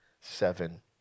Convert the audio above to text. seven